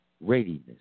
Readiness